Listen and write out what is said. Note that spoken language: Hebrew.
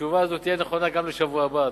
התשובה הזאת תהיה נכונה גם לשבוע הבא,